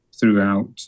throughout